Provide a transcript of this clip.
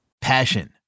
Passion